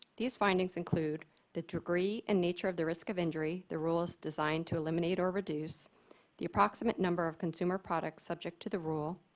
these findings include the degree and nature of the risk of injury. injury. the rule is designed to eliminate or reduce the approximate number of consumer products subject to the rule,